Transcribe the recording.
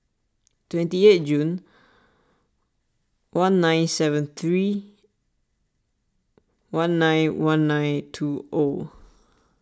twenty eight June one nine seven three one nine one nine two O